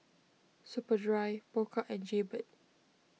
Superdry Pokka and Jaybird